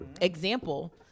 example